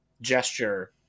gesture